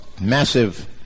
massive